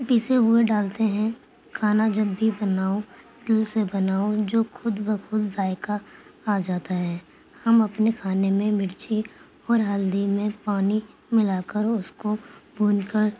پسے ہوئے ڈالتے ہیں کھانا جب بھی بناؤ دل سے بناؤ جو خود بخود ذائقہ آ جاتا ہے ہم اپنے کھانے میں مرچی اور ہلدی میں پانی ملا کر اور اس کو بھون کر